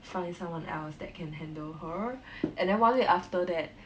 from someone else that can handle her and then one week after that